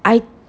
I